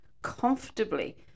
comfortably